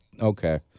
Okay